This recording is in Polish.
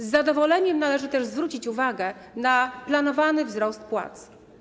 Z zadowoleniem należy też zwrócić uwagę na planowany wzrost płac.